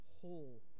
whole